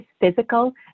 physical